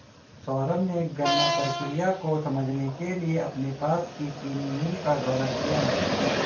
सौरभ ने गन्ना प्रक्रिया को समझने के लिए अपने पास की चीनी मिल का दौरा किया